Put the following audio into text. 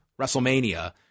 WrestleMania